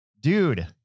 dude